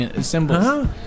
symbols